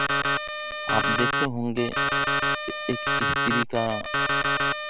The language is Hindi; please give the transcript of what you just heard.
आप देखे होंगे कि एक स्त्री का